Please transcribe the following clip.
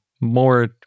more